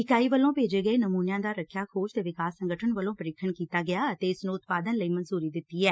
ਇਕਾਈ ਵੱਲੋਂ ਭੇਜੇ ਗਏ ਨਮੂਨਿਆਂ ਦਾ ਰਖਿਆ ਖੋਜ ਤੇ ਵਿਕਾਸ ਸੰਗਠਨ ਵੱਲੋਂ ਪਰੀਖਣ ਕੀਤਾ ਗਿਐ ਅਤੇ ਇਸ ਨੂੰ ਉਤਪਾਦਨ ਲਈ ਮਨਜੂਰੀ ਦਿੱਤੀ ਐ